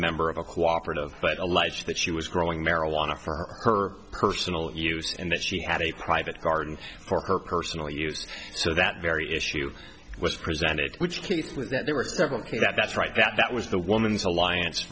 member of a cooperate of but allege that she was growing marijuana for her personal use and that she had a private garden for her personal use so that very issue was presented which came through that there were several that's right that was the woman's alliance